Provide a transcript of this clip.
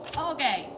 okay